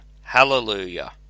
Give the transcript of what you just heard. hallelujah